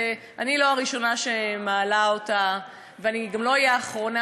אני לא הראשונה שמעלה אותה ואני גם לא אהיה האחרונה,